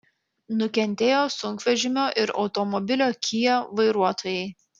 nukentėjo sunkvežimio ir automobilio kia vairuotojai